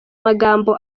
amagambo